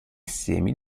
semi